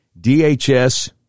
DHS